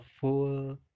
full